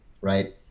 right